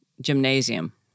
gymnasium